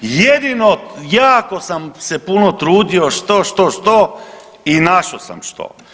Jedino, jako sam se puno trudio, što, što, što i našao sam što.